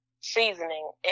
seasoning